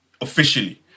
officially